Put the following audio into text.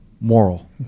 moral